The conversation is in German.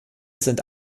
sind